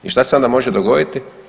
I šta se onda može dogoditi?